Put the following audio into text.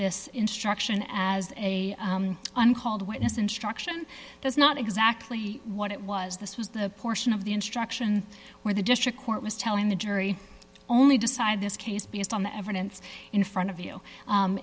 this instruction as a uncalled witness instruction does not exactly what it was this was the portion of the instruction where the district court was telling the jury only decide this case based on the evidence in front of you